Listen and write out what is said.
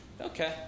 Okay